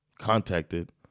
contacted